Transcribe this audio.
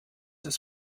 ist